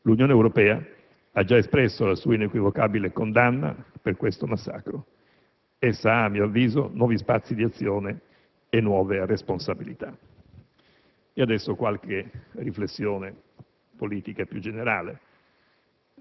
L'Unione Europea ha già espresso la sua inequivocabile condanna per questo massacro. Essa ha, a mio avviso, nuovi spazi di azione e nuove responsabilità. Intendo ora svolgere qualche riflessione politica più generale.